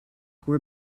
were